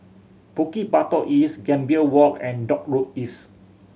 Bukit Batok East Gambir Walk and Dock Road East